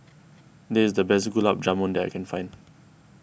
this is the best Gulab Jamun that I can find